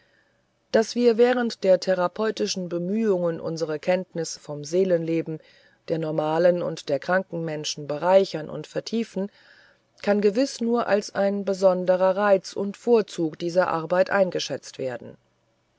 daß wir während der therapeutischen bemühungen unsere kenntnis vom seelenleben der normalen und der kranken menschen bereichern und vertiefen kann gewiß nur als ein besonderer reiz und vorzug dieser arbeit eingeschätzt werden